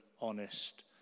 honest